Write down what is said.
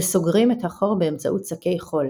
וסוגרים את החור באמצעות שקי חול.